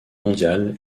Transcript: mondiale